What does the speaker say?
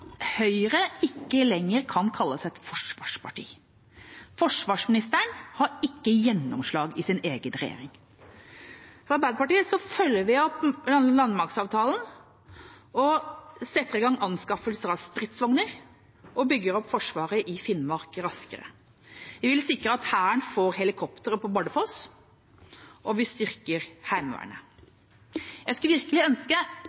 Høyre ikke lenger kan kalles et forsvarsparti. Forsvarsministeren har ikke gjennomslag i sin egen regjering. Fra Arbeiderpartiet følger vi opp landmaktsavtalen og setter i gang anskaffelse av stridsvogner og bygger opp forsvaret i Finnmark raskere. Vi vil sikre at Hæren får helikoptre på Bardufoss, og vi styrker Heimevernet. Jeg skulle virkelig ønske